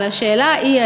אבל השאלה היא,